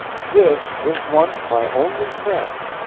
this was once my only friend